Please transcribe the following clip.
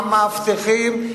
המאבטחים,